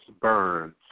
burns